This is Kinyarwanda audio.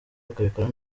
bakabikora